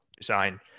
design